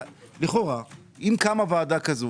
לכאורה אם קמה ועדה כזו,